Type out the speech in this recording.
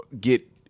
get